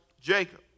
Jacob